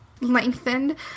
lengthened